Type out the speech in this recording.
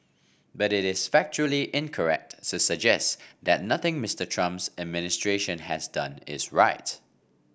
but it is factually incorrect suggest that nothing Mister Trump's administration has done is right